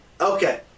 Okay